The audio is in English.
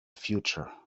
future